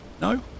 No